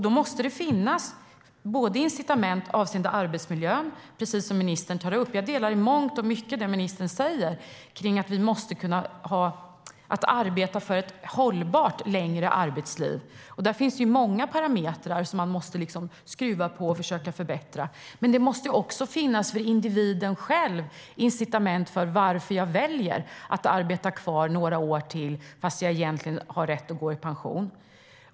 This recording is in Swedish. Då måste det finnas incitament avseende arbetsmiljön, precis som ministern tar upp. Jag delar i mångt och mycket det som ministern säger om att vi måste arbeta för ett hållbart längre arbetsliv. Där finns det många parametrar som man måste skruva på och försöka förbättra. Men det måste också finnas incitament för individen själv att välja att arbeta kvar några år till fast man egentligen har rätt att gå i pension.